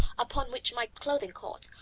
upon which my clothing caught,